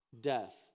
death